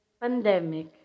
pandemic